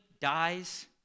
dies